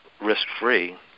risk-free